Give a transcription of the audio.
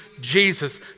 Jesus